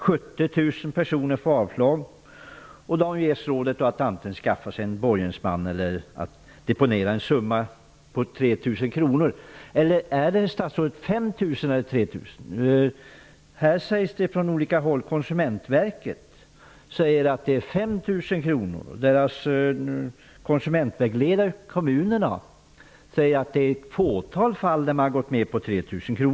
70 000 personer får avslag. De ges rådet att antingen skaffa sig en borgensman eller att deponera en summa på 3 000 kr. Är det 3 000 eller 5 000 kr? Det är olika uppgifter. Konsumentverket säger att det är 5 000 kr. Konsumentvägledarna i kommunerna säger att det är ett fåtal fall där man gått med på 3 000 kr.